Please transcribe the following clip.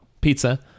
Pizza